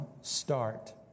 start